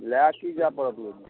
लए की जाय पड़त ओहिमे